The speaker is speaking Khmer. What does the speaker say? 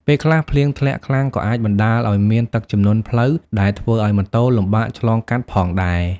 ពេលខ្លះ ភ្លៀងធ្លាក់ខ្លាំងក៏អាចបណ្ដាលឱ្យមានទឹកជំនន់ផ្លូវ ដែលធ្វើឱ្យម៉ូតូលំបាកឆ្លងកាត់ផងដែរ។